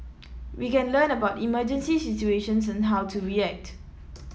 we can learn about emergency situations and how to react